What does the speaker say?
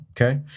okay